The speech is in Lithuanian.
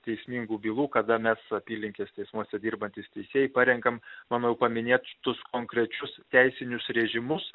teismingų bylų kada mes apylinkės teismuose dirbantys teisėjai parenkam mano jau paminėt tus konkrečius teisinius režimus